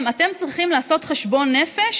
אתם צריכים לעשות חשבון נפש.